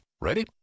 Ready